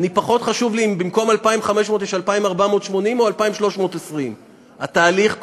פחות חשוב לי אם במקום 2,500 יש 2,480 או 2,320. התהליך קורה,